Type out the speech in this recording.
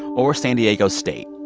or san diego state,